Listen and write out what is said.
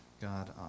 God